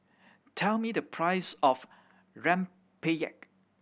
tell me the price of rempeyek